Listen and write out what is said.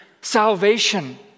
salvation